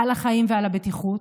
על החיים ועל הבטיחות,